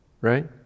right